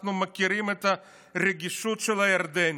אנחנו מכירים את הרגישות של הירדנים,